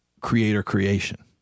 creator-creation